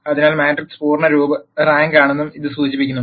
അതിനാൽ മാട്രിക്സ് പൂർണ്ണ റാങ്കാണെന്ന് ഇത് സൂചിപ്പിക്കുന്നു